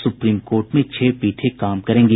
supreme court में छह पीठें काम करेंगी